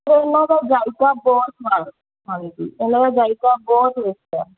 ਇਹਨਾਂ ਦਾ ਜ਼ਾਈਕਾ ਬਹੁਤ ਸਵਾਦ ਹਾਂਜੀ ਇਹਨਾਂ ਦਾ ਜ਼ਾਈਕਾ ਬਹੁਤ ਵਧੀਆ